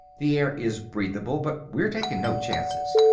the air is breathable, but we're taking no chances.